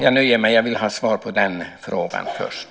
Jag vill ha svar på den frågan först.